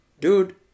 Dude